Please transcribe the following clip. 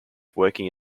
working